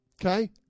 Okay